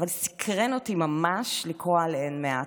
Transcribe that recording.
אבל סקרן אותי ממש לקרוא עליהן מעט,